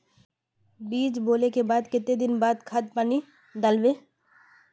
बीज बोले के बाद केते दिन बाद खाद पानी दाल वे?